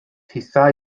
hithau